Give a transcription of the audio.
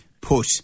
put